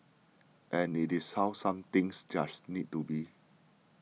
and it is how some things just need to be